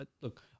Look